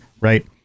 right